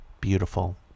beautiful